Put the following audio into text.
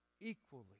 equally